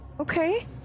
Okay